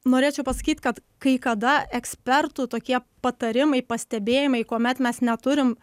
norėčiau pasakyt kad kai kada ekspertų tokie patarimai pastebėjimai kuomet mes neturim